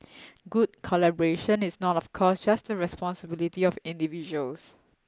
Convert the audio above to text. good collaboration is not of course just the responsibility of individuals